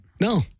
No